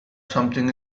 something